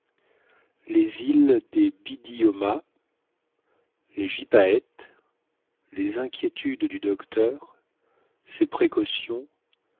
les îles des biddiomahs les gypaètes les inquiétudes du docteur ses précautions